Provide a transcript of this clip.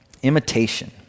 Imitation